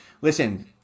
Listen